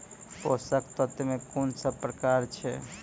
पोसक तत्व मे कून सब प्रकार अछि?